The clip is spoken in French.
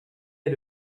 est